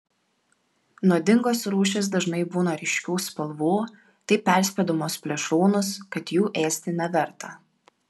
nuodingos rūšys dažnai būna ryškių spalvų taip perspėdamos plėšrūnus kad jų ėsti neverta